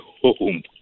home